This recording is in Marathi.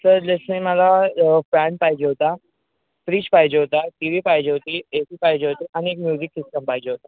सर जसे मला पॅन पाहिजे होता फ्रीज पाहिजे होता टी वी पाहिजे होती ए सी पाहिजे होतं आणि एक म्युजिक सिस्टम पाहिजे होता